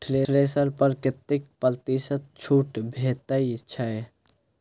Thresher पर कतै प्रतिशत छूट भेटय छै?